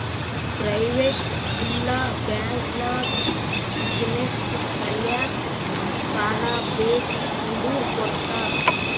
private ಇಲ್ಲಾ bank ನಾಗ್ business ಸಲ್ಯಾಕ್ ಸಾಲಾ ಬೇಕ್ ಅಂದುರ್ ಕೊಡ್ತಾರ್